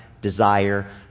desire